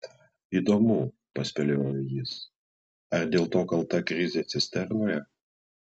įdomu paspėliojo jis ar dėl to kalta krizė cisternoje